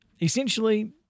essentially